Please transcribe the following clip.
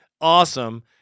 awesome